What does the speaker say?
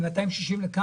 מה הסכום?